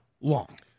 long